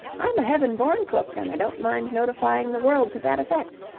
i'm a heaven-born cook, and i don't mind notifying the world to that effect.